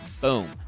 Boom